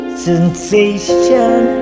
sensation